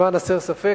למען הסר ספק,